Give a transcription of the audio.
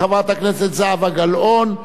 חברת הכנסת זהבה גלאון,